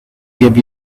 give